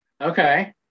Okay